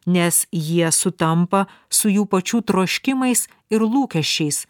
nes jie sutampa su jų pačių troškimais ir lūkesčiais